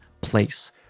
place